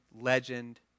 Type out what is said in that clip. legend